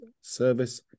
Service